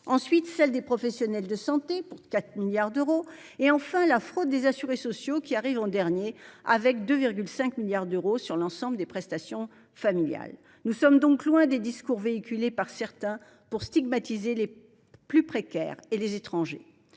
ensuite celle des professionnels de santé, pour 4 milliards d’euros et, enfin, la fraude des assurés sociaux, qui arrive en dernier, avec 2,5 milliards d’euros pour l’ensemble des prestations familiales. Nous sommes donc loin des discours véhiculés par certains pour stigmatiser les plus précaires et les étrangers.